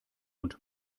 und